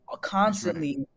constantly